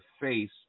face